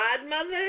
godmother